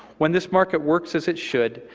when this market works as it should,